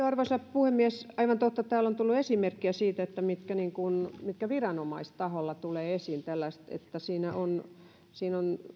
arvoisa puhemies aivan totta täällä on tullut esimerkkejä siitä mitkä viranomaistaholla tulevat esiin tällaiset että on